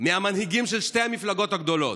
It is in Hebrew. מהמנהיגים של שתי המפלגות הגדולות,